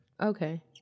Okay